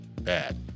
bad